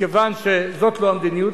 מכיוון שזאת לא המדיניות,